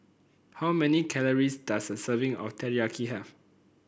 how many calories does a serving of Teriyaki have